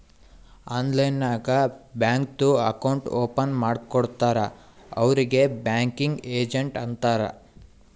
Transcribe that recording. online ನಾಗ್ ಬ್ಯಾಂಕ್ದು account open ಮಾಡ್ಕೊಡ್ತಾರ್ ಅವ್ರಿಗ್ ಬ್ಯಾಂಕಿಂಗ್ ಏಜೆಂಟ್ ಅಂತಾರ್